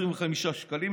25 שקלים,